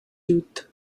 youth